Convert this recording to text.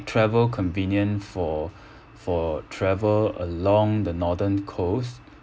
travel convenient for for travel along the northern coast